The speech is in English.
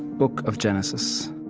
book of genesis